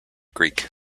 greek